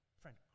Friend